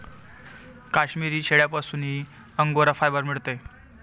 काश्मिरी शेळ्यांपासूनही angora fibre मिळते